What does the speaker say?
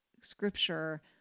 scripture